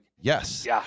yes